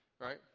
right